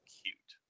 cute